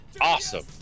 awesome